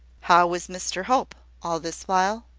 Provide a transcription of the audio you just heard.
how was mr hope, all this while?